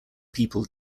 people